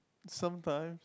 sometimes